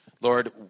Lord